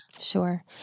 Sure